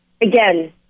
again